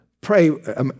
pray